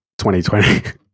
2020